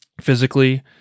physically